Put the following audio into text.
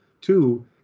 Two